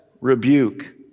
Rebuke